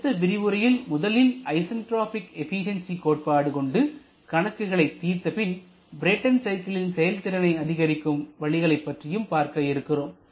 அடுத்து விரிவுரையில் முதலில் ஐசன்ட்ராபிக் எபிசியன்சி கோட்பாடு கொண்டு கணக்குகளை தீர்த்த பின் பிரேட்டன் சைக்கிளின் செயல்திறனை அதிகரிக்கும் வழிகளைப் பற்றியும் பார்க்க இருக்கிறோம்